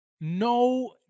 No